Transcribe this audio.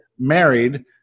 married